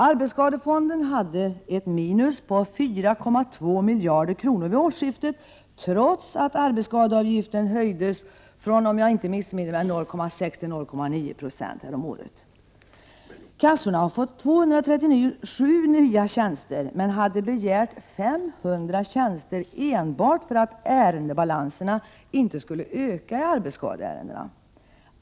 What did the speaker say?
Arbetsskadefonden hade ett minus på 4,2 miljarder kronor vid årsskiftet, trots att arbetsskadeavgiften höjdes från, om jag inte missminner mig, 0,6 6 till 0,9 96 häromåret. Kassorna har fått 237 nya tjänster, men hade begärt 500 tjänster enbart för att ärendebalansen inte skulle öka när det gäller arbetsskadeärendena.